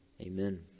Amen